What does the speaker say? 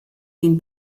den